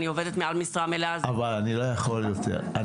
אני עובדת מעל משרה מלאה --- אבל אני לא יכול יותר,